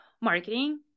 marketing